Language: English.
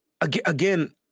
again